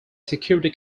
security